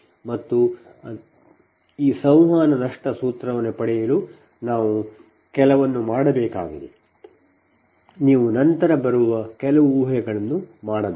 ಮತ್ತು ಆದರೆ ಈ ಸಂವಹನ ನಷ್ಟ ಸೂತ್ರವನ್ನು ಪಡೆಯಲು ನಾವು ಕೆಲವನ್ನು ಮಾಡಬೇಕಾಗಿದೆ ನೀವು ನಂತರ ಬರುವ ಕೆಲವು ಊಹೆಗಳನ್ನು ಮಾಡಬೇಕು